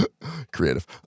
creative